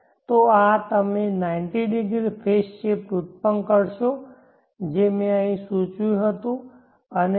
તો આ તમે 90 ° ફેઝ શિફ્ટ ઉત્પન્ન કરશો જે મેં અહીં સૂચવ્યું હતું આ અને આ